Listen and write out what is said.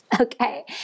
Okay